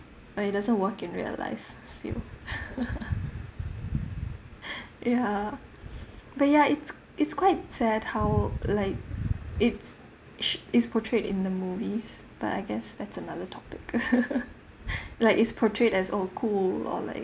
but it doesn't work in real life feel ya but ya it's it's quite sad how like it's s~ it's portrayed in the movies but I guess that's another topic like it's portrayed as oh cool or like